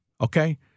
okay